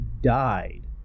died